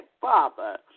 Father